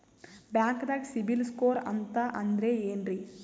ಬ್ಯಾಂಕ್ದಾಗ CIBIL score ಅಂತ ಅಂದ್ರೆ ಏನ್ರೀ?